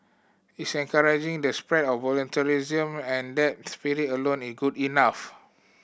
it's encouraging the spread of voluntarism and that spirit alone is good enough